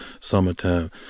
summertime